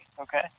Okay